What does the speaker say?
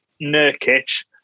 Nurkic